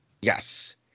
Yes